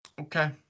Okay